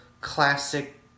classic